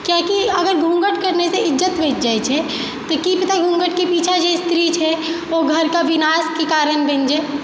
कियाकि अगर घूँघट केनेसँ इज्जत रहि जाइ छै तऽ कि पता घूँघट के पीछा जे स्त्री छै ओ घरके विनाशके कारण बनि जाय